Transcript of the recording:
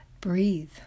breathe